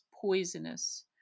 poisonous